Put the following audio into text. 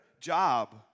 job